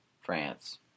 France